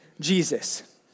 Jesus